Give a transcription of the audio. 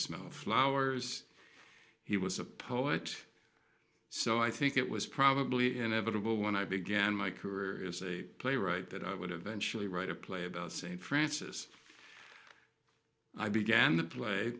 smell flowers he was a poet so i think it was probably inevitable when i began my career as a playwright that i would eventually write a play about st francis i began the play